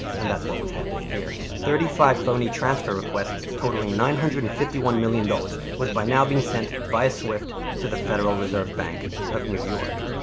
and, that's what was happening here. thirty five phony transfer requests, totalling nine hundred and fifty one million dollars, was by now being sent via swift to the federal reserve bank of new york.